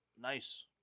nice